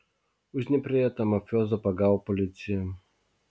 uždnieprėje tą mafijozą pagavo policija